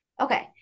okay